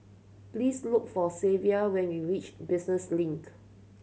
please look for Zavier when you reach Business Link